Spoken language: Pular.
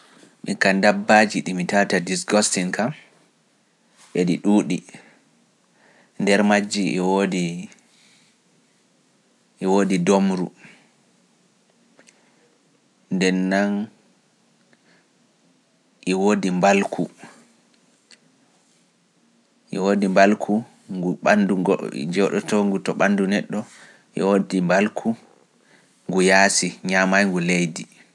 Miin kam dabbaaji ɗi mi tawata disgusiting kam e ɗi ɗuuɗi, nder majji e woodi ndoombru, ndennan e woodi mbalku e woodi mbalku ngu ɓanndu goɗ- jooɗotoongu to ɓanndu neɗɗo, e woodi mbalku ngu yaasi, nyaamayngu leydi.